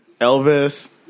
Elvis